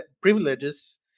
privileges